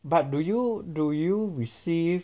but do you do you receive